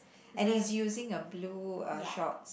and he's using a blue uh shorts